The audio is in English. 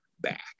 back